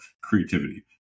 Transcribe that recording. creativity